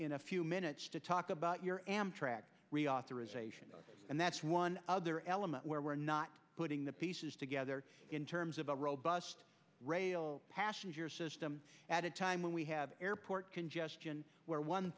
in a few minutes to talk about your amtrak reauthorization and that's one other element where we're not putting the pieces together in terms of a robust rail passenger system at a time when we have airport congestion where one